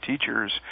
teachers